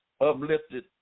uplifted